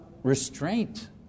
restraint